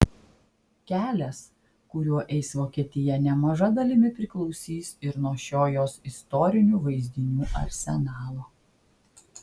kelias kuriuo eis vokietija nemaža dalimi priklausys ir nuo šio jos istorinių vaizdinių arsenalo